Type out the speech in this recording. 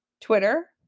twitter